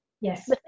yes